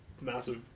massive